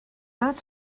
not